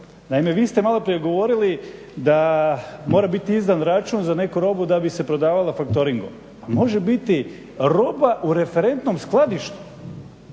naime vi ste malo prije govorili da mora biti izdan račun za neku robu da bi se prodavala factoringom. Može biti roba u referentnom skladištu